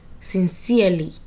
sincerely